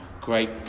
great